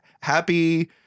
happy